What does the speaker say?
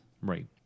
Right